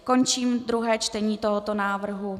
Končím druhé čtení tohoto návrhu.